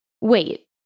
Wait